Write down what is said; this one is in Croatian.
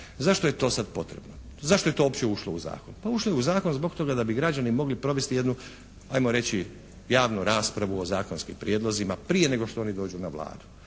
Zašto je to sad potrebno? Zašto je to uopće ušlo u zakon? Pa ušlo je u zakon zbog toga da bi građani mogli provesti jednu ajmo reći javnu raspravu o zakonskim prijedlozima prije nego što oni dođu na Vladu.